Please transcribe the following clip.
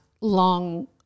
long